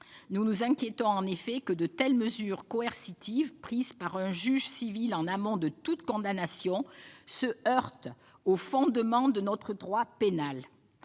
nous nous inquiétons qu'une telle mesure coercitive, prise par un juge civil en amont de toute condamnation, se heurte aux fondements de notre droit pénal.